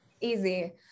Easy